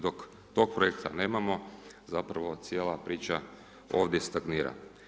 Dok tog projekta nemamo zapravo cijela priča ovdje stagnira.